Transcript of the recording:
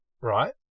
right